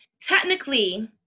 technically